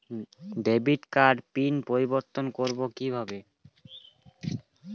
Debit কার্ডের PIN পরিবর্তন করবো কীভাবে?